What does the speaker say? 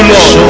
Lord